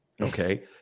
Okay